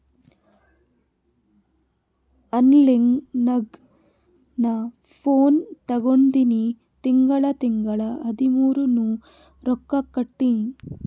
online ನಾಗ್ ನಾ phone ತಗೊಂಡಿನಿ ತಿಂಗಳಾ ತಿಂಗಳಾ ಹದಿಮೂರ್ ನೂರ್ ರೊಕ್ಕಾ ಕಟ್ಟತ್ತಿನಿ